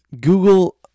Google